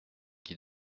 qui